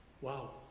Wow